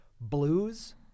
blues